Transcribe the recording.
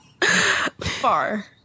Far